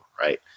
right